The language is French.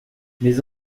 mes